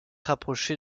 rapprochée